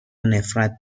نفرت